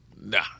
Nah